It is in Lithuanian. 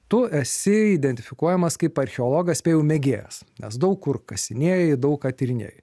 tu esi identifikuojamas kaip archeologas spėju mėgėjas nes daug kur kasinėji daug ką tyrinėji